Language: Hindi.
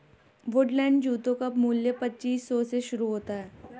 वुडलैंड जूतों का मूल्य पच्चीस सौ से शुरू होता है